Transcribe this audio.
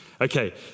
Okay